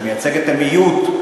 והוא מייצג את המיעוט,